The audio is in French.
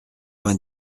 vingt